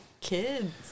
kids